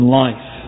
life